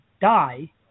die